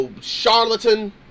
charlatan